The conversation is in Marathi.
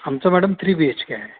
आमचं madam three B H K आहे